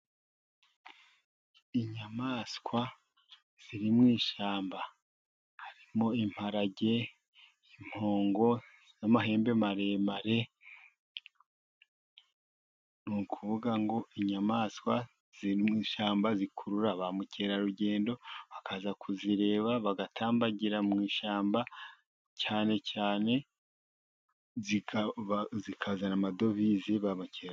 Inyamaswa ziri mu ishyamba harimo imparage ,impongo n'amahembe maremare, ni ukuvuga ngo inyamaswa ziri mu ishyamba zikurura ba mukerarugendo bakaza kuzireba ,bagatambagira mu ishyamba ,cyane cyane zikazana amadovise ba bakera.